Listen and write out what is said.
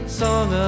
song